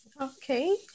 Okay